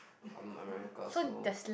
of America so